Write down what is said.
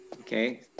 Okay